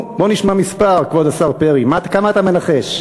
נו, בוא נשמע מספר, כבוד השר פרי, כמה אתה מנחש,